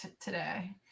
today